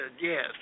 yes